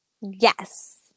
Yes